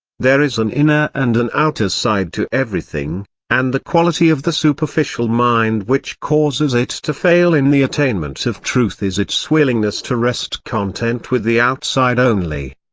there is an inner and an outer side to everything and the quality of the superficial mind which causes it to fail in the attainment of truth is its willingness to rest content with the outside only.